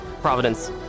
Providence